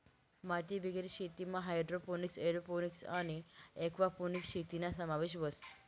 मातीबिगेर शेतीमा hydroponics, aeroponics आणि एक्वापोनिक्स शेतीना समावेश व्हस